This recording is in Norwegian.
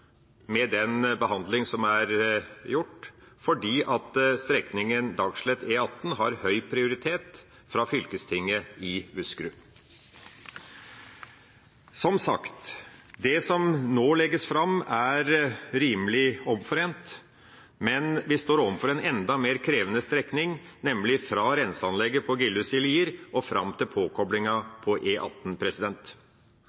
med den behandling som er gjort, fordi strekninga Dagslett–E18 har høy prioritet fra fylkestinget i Buskerud. Som sagt: Det som nå legges fram, er rimelig omforent, men vi står overfor en enda mer krevende strekning, nemlig fra renseanlegget på Gilhus i Lier og fram til påkoblinga på